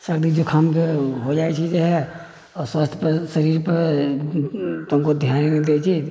सर्दी जुखाम हो जाइ छै जेहे अस्वस्थ शरीर पर कोइ ध्याने नहि दै छै